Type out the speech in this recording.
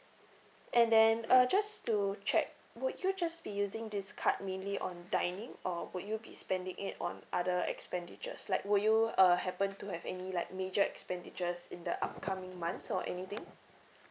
and then uh just to check would you just be using this card mainly on dining or would you be spending it on other expenditures like would you uh happen to have any like major expenditures in the upcoming months or anything